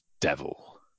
devil